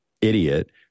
idiot